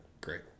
great